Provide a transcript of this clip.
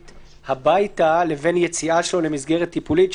הביתה לבין יציאה שלו למסגרת טיפולית,